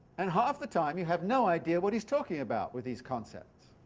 and half the time you have no idea what he's talking about with these concepts.